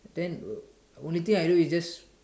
then uh only thing I do is just